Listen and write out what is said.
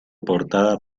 portada